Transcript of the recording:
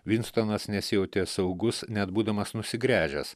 vinstonas nesijautė saugus net būdamas nusigręžęs